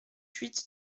huit